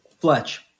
Fletch